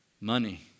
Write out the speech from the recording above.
Money